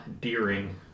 Deering